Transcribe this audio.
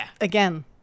Again